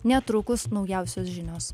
netrukus naujausios žinios